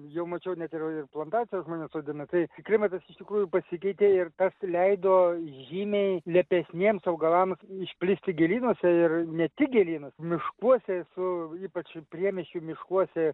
jau mačiau net ir ir plantaciją žmonės sodina tai klimatas iš tikrųjų pasikeitė ir tas leido žymiai lepesniems augalams išplisti gėlynuose ir ne tik gėlynuose miškuose su ypač priemiesčių miškuose